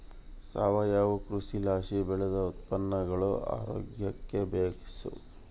ಸಾವಯವ ಕೃಷಿಲಾಸಿ ಬೆಳ್ದ ಉತ್ಪನ್ನಗುಳು ಆರೋಗ್ಯುಕ್ಕ ಬೇಸು